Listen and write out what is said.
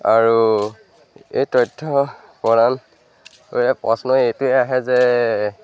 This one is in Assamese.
আৰু এই তথ্য প্ৰশ্ন এইটোৱে আহে যে